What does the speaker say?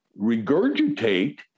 regurgitate